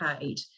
paid